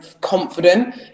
confident